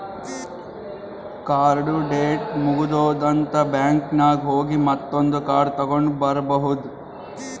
ಕಾರ್ಡ್ದು ಡೇಟ್ ಮುಗದೂದ್ ಅಂತ್ ಬ್ಯಾಂಕ್ ನಾಗ್ ಹೋಗಿ ಮತ್ತೊಂದ್ ಕಾರ್ಡ್ ತಗೊಂಡ್ ಬರ್ಬಹುದ್